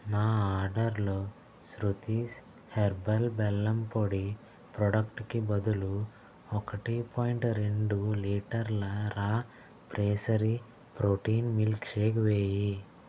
నా ఆర్డర్లో శృతీస్ హెర్బల్ బెల్లం పొడి ప్రోడక్ట్కి బదులు ఒకటి పాయింట్ రెండు లీటర్ల raw pressery protein milk shake వేయి